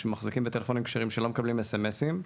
שמחזיקים בטלפונים כשרים שלא מקבלים אס.אם.אסים,